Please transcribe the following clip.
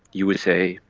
usa.